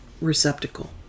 receptacle